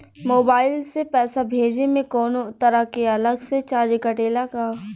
Mobile से पैसा भेजे मे कौनों तरह के अलग से चार्ज कटेला का?